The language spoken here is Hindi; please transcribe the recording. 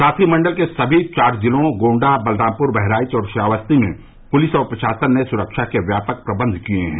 साथ ही मंडल के सभी चार जिलों गोंडा बलरामपुर बहराइच और श्रावस्ती में पुलिस और प्रशासन ने सुरक्षा के व्यापक प्रबंध किए हैं